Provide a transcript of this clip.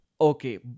Okay